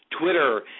Twitter